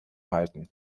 halten